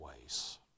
ways